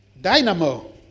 dynamo